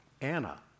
Anna